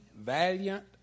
valiant